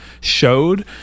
showed